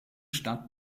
stadt